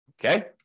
Okay